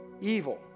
evil